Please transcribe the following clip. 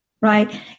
right